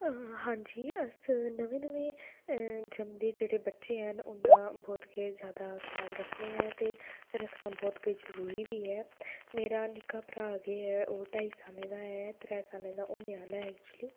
हां जी अस नमें नमें जमदे जेह्ड़े बच्चे हैन बहुत गै जैदा ख्याल रक्खनेआं ते रक्खना बहुत गै जरूरी बी ऐ मेरा निक्का भ्राऽ ओह् ढाइयें सालें दा ऐ त्रैऽ सालें दा होने आह्ला ऐ एक्चुयली